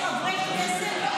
יש חברי כנסת ימנים,